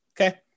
Okay